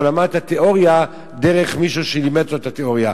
או למד את התיאוריה דרך מישהו שלימד אותו את התיאוריה,